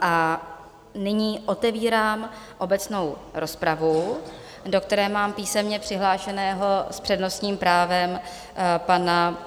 A nyní otevírám obecnou rozpravu, do které mám písemně přihlášeného s přednostním právem pana